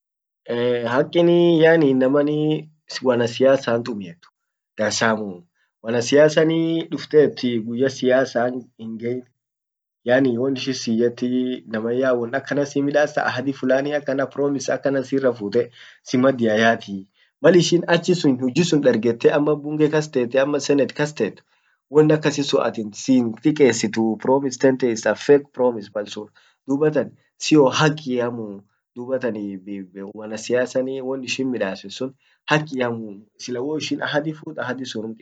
hakkin yaaani innaman wanasiasa tumietu dansamuu wanasiasan duftet guyya siasa hingein yyani won ishin siyyet naman yya won akana simidassa, ahadi fulani akkana promise akana sirafutte simmadia yatii malishin achisun hujji sun dargete ama bunge kas tete, senet kas tet won akasisun atin dikkesituu promise tante is a fake promise mal surr, dubatan sio hakkiamuu dubatan wanasiasan won ishin middasit sun hakkiamuu sila waishin ahadi fut ahadi sun innum kitesenii